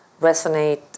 resonate